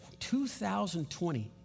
2020